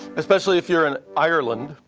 especially if you're in ireland.